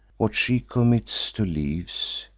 what she commits to leafs,